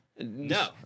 No